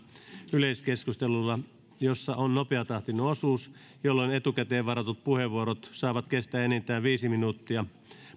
yleiskeskustelulla jossa on nopeatahtinen osuus jolloin etukäteen varatut puheenvuorot saavat kestää enintään viisi minuuttia